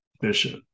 bishop